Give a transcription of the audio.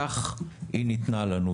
כך היא ניתנה לנו,